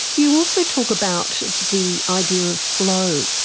you also talk about the idea of flow.